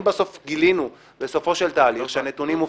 אם בסוף גילינו בסופו של תהליך שהנתונים מופרכים,